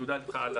תודה על ההערה.